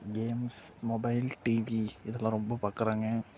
games mobile TV இதெல்லாம் ரொம்ப பார்க்குறாங்க